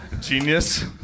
Genius